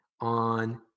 on